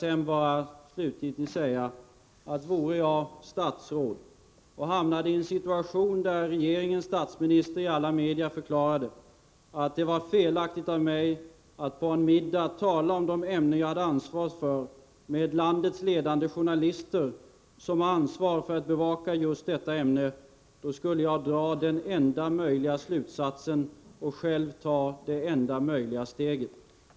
Får jag slutligen säga att om jag vore statsråd och hade hamnat i en situation där regeringens statsminister i alla media förklarade att det var felaktigt av mig att på en middag tala om de ämnen jag hade ansvaret för med de av landets ledande journalister som har till uppgift att bevaka just dessa ämnen, då skulle jag dra den enda möjliga slutsatsen och själv ta det enda möjliga steget.